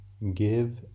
Give